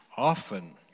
often